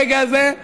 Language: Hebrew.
הרגע הזה,